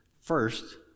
First